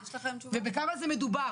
ובכמה מדובר,